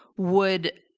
would,